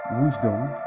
wisdom